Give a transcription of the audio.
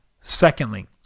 Secondly